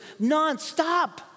nonstop